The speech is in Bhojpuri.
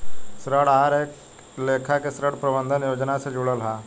ऋण आहार एक लेखा के ऋण प्रबंधन योजना से जुड़ल हा